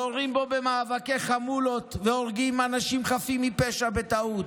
יורים בו במאבקי חמולות והורגים אנשים חפים מפשע בטעות.